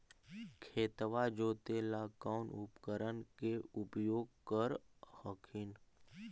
खेतबा जोते ला कौन उपकरण के उपयोग कर हखिन?